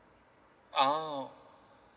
ah